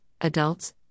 adults